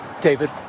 David